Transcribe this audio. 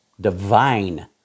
Divine